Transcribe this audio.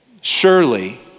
surely